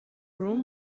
room